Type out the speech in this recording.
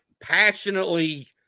passionately